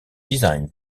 design